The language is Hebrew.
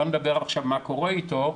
לא נדבר עכשיו על מה קורה איתו,